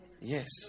yes